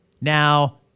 Now